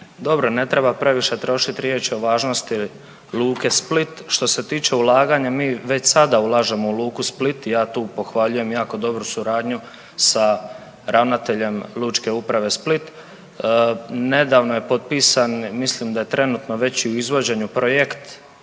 Dobro, ne treba previše trošit riječi o važnosti luke Split. Što se tiče ulaganja mi već sada ulažemo u luku Split, ja tu pohvaljujem jako dobru suradnju sa ravnateljem Lučke uprave Split. Nedavno je potpisan, mislim da je trenutno već i u izvođenju projekt